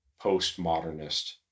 postmodernist